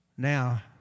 now